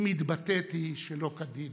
אם התבטאתי, שלא כדין,